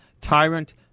tyrant